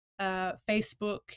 Facebook